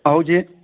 ଖାଉଛି